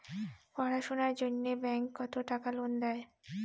পড়াশুনার জন্যে ব্যাংক কত টাকা লোন দেয়?